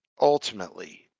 ultimately